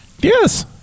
Yes